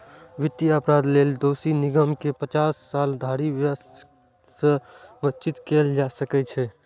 वित्तीय अपराध लेल दोषी निगम कें पचास साल धरि व्यवसाय सं वंचित कैल जा सकै छै